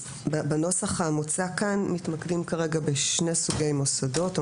בנוסח המוצע כאן מתמקדים כרגע בשני סוגי מוסדות או